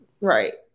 Right